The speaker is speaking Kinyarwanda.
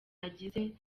agize